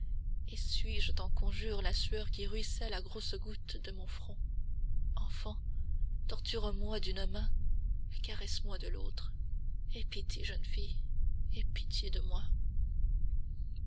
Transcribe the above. essuie je t'en conjure la sueur qui ruisselle à grosses gouttes de mon front enfant torture moi d'une main mais caresse moi de l'autre aie pitié jeune fille aie pitié de moi